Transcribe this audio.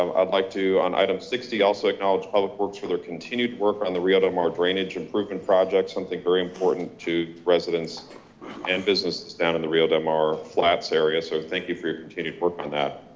um i'd like to on item sixty also acknowledge public works for their continued work on the rio del mar drainage improvement project. something very important to residents and businesses down in the rio del mar flats area. so thank you for your continued work on that.